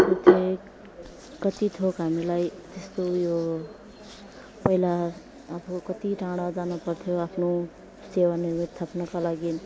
साथै कति थोक हामीलाई त्यस्तो उयो पहिला आफू कति टाढा जानुपर्थ्यो आफ्नो सेवानिवृति थाप्नुको लागि